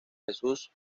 jesús